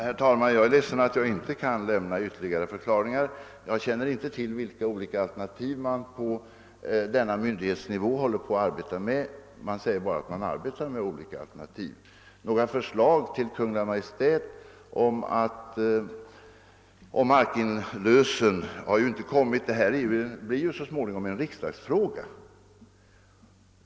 Herr talman! Jag är ledsen för att jag inte kan lämna några ytterligare besked. Jag känner inte till vilka olika alternativ man arbetar med inom denna myndighet. Det sägs där bara att man arbetar med olika alternativ; några förslag till Kungl. Maj:t om markinlösen har inte presenterats. Detta ärende blir ju så småningom en riksdagsfråga.